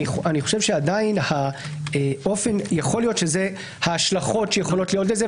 יכול להיות שאלה ההשלכות שיכולות להיות לזה,